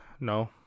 no